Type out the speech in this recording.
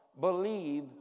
believe